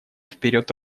вперед